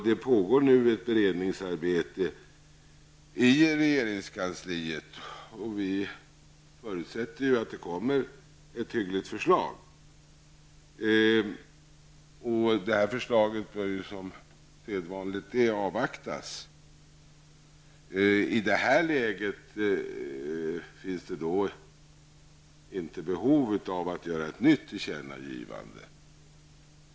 Det pågår nu ett beredningsarbete inom regeringskansliet, och vi förutsätter att det kommer ett hyggligt förslag. Detta bör på sedvanligt sätt avvaktas. I det läget finns det inte behov av att göra ett nytt tillkännagivande.